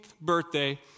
birthday